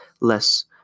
less